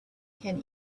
can